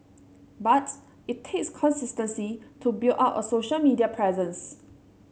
but it takes consistency to build up a social media presence